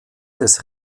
des